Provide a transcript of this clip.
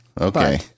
Okay